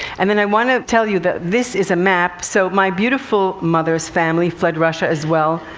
and then i want to tell you that this is a map. so, my beautiful mother's family fled russia as well.